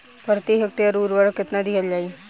प्रति हेक्टेयर उर्वरक केतना दिहल जाई?